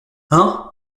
hein